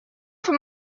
from